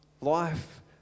Life